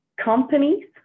companies